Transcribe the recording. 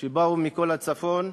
שבאו מכל הצפון,